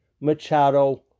Machado